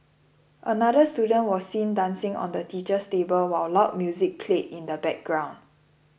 another student was seen dancing on the teacher's table while loud music played in the background